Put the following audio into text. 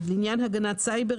לעניין הגנת סייבר,